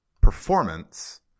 performance